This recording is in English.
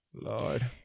Lord